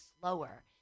slower